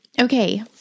Okay